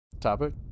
Topic